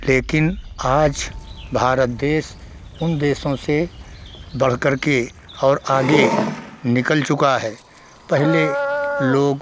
लेकिन आज भारत देश उन देशों से बढ़कर के और आगे निकल चुका है पहले लोग